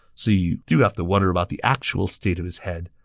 so you do have to wonder about the actual state of his head.